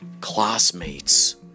classmates